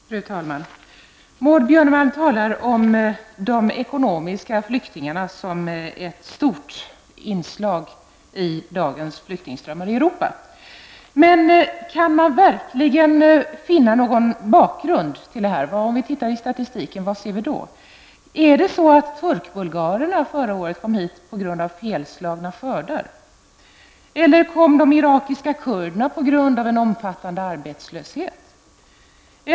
Fru talman! Maud Björnemalm talar om de ekonomiska flyktingarna som ett stort inslag dagens flyktingsströmmar i Europa. Men kan man verkligen finna någon bakgrund till detta? Vad ser vi om vi tittar i statistiken? Är det så turkbulgarerna förra året kom hit på grund av felslagna skördar? Kom de irakiska kurderna på grund av omfattande arbetslöshet?